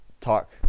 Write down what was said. talk